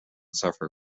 suffer